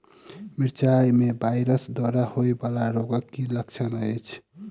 मिरचाई मे वायरस द्वारा होइ वला रोगक की लक्षण अछि?